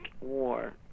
war